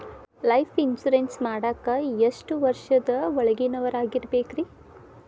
Life insurance ಮಾಡಾಕ ಎಷ್ಟು ವರ್ಷದ ಒಳಗಿನವರಾಗಿರಬೇಕ್ರಿ?